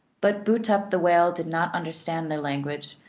but bootup the whale did not understand their language,